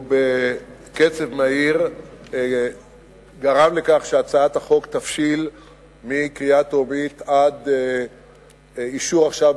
ובקצב מהיר גרם לכך שהצעת החוק תבשיל מקריאה טרומית עד האישור עכשיו,